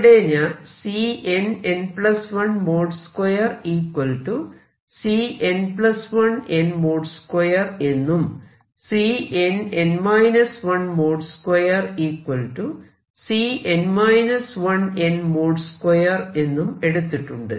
ഇവിടെ ഞാൻ |Cnn1 |2|Cn1n |2 എന്നും |Cnn 1 |2|Cn 1n |2 എന്നും എടുത്തിട്ടുണ്ട്